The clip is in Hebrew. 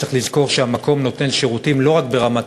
צריך לזכור שהמקום נותן שירותים לא רק ברמת